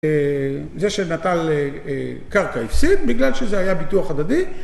זה שנטל קרקע הפסיד, בגלל שזה היה ביטוח הדדי.